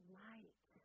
light